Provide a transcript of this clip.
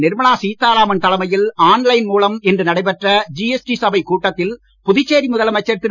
நிர்மலா சீத்தாராமன் தலைமையில் ஆன்லைன் மூலம் இன்று நடைபெற்ற ஜிஎஸ்டி சபைக் கூட்டத்தில் புதுச்சேரி முதலமைச்சர் திரு